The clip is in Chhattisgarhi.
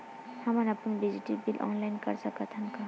हमन अपन बिजली बिल ऑनलाइन कर सकत हन?